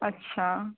अच्छा